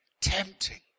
tempting